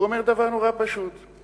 הוא אומר פשוט מאוד: